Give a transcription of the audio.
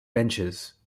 benches